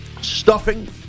stuffing